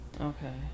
Okay